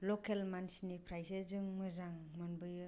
लकेल मानसिनिफ्रायसो जों मोजां मोनबोयो